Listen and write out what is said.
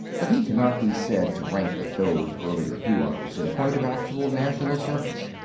but he cannot be said to rank with those earlier heroes in point of actual national service.